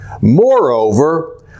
Moreover